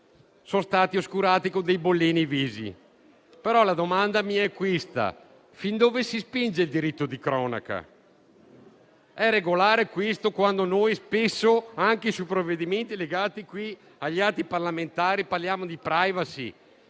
sono stati oscurati con dei bollini). La mia domanda è questa: fin dove si spinge il diritto di cronaca? È regolare questo, quando spesso, anche su provvedimenti legati agli atti parlamentari, parliamo di *privacy*?